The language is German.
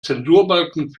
zensurbalken